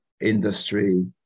industry